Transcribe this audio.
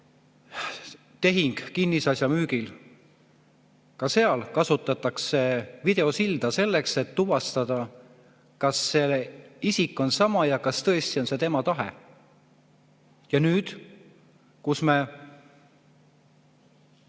tehing kinnisasja müügil – ka seal kasutatakse videosilda selleks, et tuvastada, kas isik on sama ja kas tõesti on see tema tahe. Aga siis, kui me